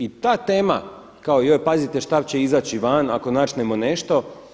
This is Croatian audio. I ta tema, kao joj pazite šta će izaći van ako načnemo nešto.